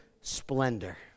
splendor